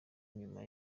nyuma